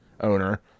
owner